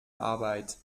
arbeit